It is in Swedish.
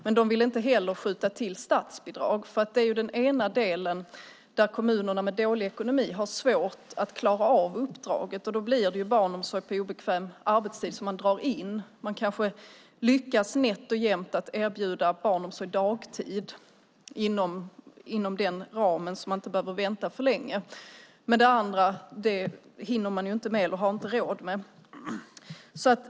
Man vill inte heller skjuta till statsbidrag, vilket är en del i att kommuner med dålig ekonomi har svårt att klara uppdraget, och då blir det barnomsorg på obekväm arbetstid som de drar in. De kanske nätt och jämt lyckas erbjuda barnomsorg dagtid inom en viss tidsram så att föräldrar inte ska behöva vänta för länge, men det andra har de inte råd med.